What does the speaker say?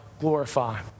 glorify